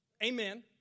Amen